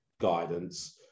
guidance